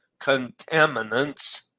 Contaminants